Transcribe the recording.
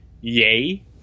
Yay